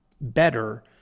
better